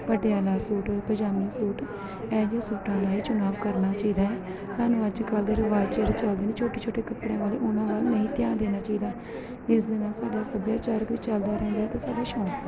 Patiala suit ਪਜਾਮੀ suit ਇਹੋ ਜਿਹੇ ਸੂਟਾਂ ਦਾ ਹੀ ਚੁਣਾਵ ਕਰਨਾ ਚਾਹੀਦਾ ਹੈ ਸਾਨੂੰ ਅੱਜ ਕੱਲ੍ਹ ਦੇ ਰਿਵਾਜ਼ ਜਿਹੜੇ ਚੱਲਦੇ ਨੇ ਛੋਟੇ ਛੋਟੇ ਕੱਪੜਿਆਂ ਵਾਲੇ ਉਹਨਾਂ ਵੱਲ ਨਹੀਂ ਧਿਆਨ ਦੇਣਾ ਚਾਹੀਦਾ ਇਸ ਦੇ ਨਾਲ ਸਾਡਾ ਸਭਿਆਚਾਰਕ ਵੀ ਚੱਲਦਾ ਰਹੇਗਾ ਅਤੇ ਸਾਡੇ ਸ਼ੋਂਕ ਵੀ